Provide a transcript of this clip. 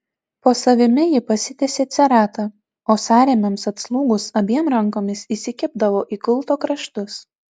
po savimi ji pasitiesė ceratą o sąrėmiams atslūgus abiem rankomis įsikibdavo į gulto kraštus